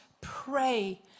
Pray